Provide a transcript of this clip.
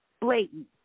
Blatant